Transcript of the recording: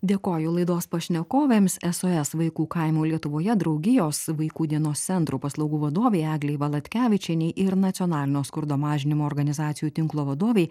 dėkoju laidos pašnekovėms sos vaikų kaimų lietuvoje draugijos vaikų dienos centrų paslaugų vadovei eglei valatkevičienei ir nacionalinio skurdo mažinimo organizacijų tinklo vadovei